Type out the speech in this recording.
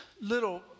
little